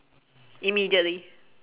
immediately